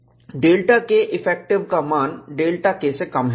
Δ K effective का मान Δ K से कम है